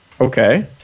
Okay